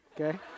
Okay